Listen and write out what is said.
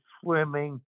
swimming